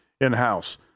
in-house